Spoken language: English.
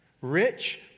Rich